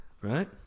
Right